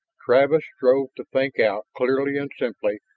travis strove to think out, clearly and simply,